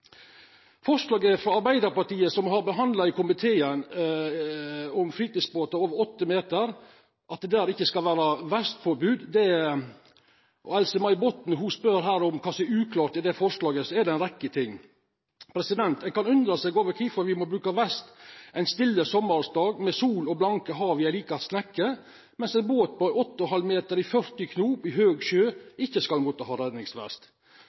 forslaget frå Arbeidarpartiet som me har behandla i komiteen – og om fritidsbåtar over 8 meter, at det for dei ikkje skal vera vestpåbod – spør Else-May Botten om kva det er som er uklart i det forslaget. Det er ei rekkje ting. Ein kan undra seg over kvifor ein må bruka vest ein stille sommardag, med sol og blanke havet i ei lita snekke, mens ein i ein båt på 8,5 meter i 40 knop i høg sjø ikkje skal måtta ha redningsvest.